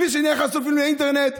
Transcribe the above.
בלי שנהיה חשופים לאינטרנט.